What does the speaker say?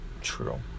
True